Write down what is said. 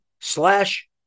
slash